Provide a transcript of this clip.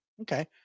Okay